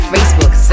Facebook